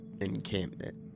encampment